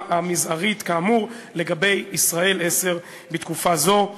המזערית כאמור לגבי "ישראל 10" בתקופה זו.